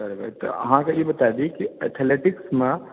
करबै तऽ अहाँके ई बतादि की एथलेटिक्स मे